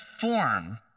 form